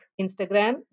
Instagram